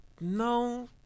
No